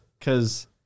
cause